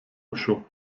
uszu